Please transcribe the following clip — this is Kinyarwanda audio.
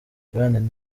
bayern